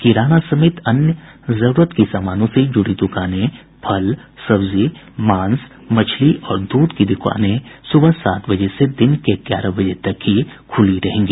किराना समेत अन्य जरूरत की सामानों से जुड़ी दुकानें फल सब्जी मांस मछली और दूध की दुकानें सुबह सात बजे से दिन के ग्यारह बजे तक ही खुली रहेंगी